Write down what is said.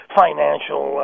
financial